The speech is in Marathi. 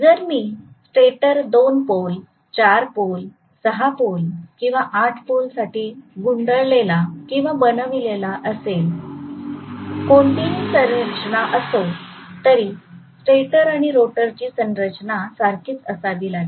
जर मी स्टेटर 2 पोल 4 पोल 6 पोल किंवा 8 पोल साठी गुंडाळलेला बनविलेलला असेल कोणतीही संरचना असो तरी स्टेटर आणि रोटरची संरचना सारखीच असावी लागेल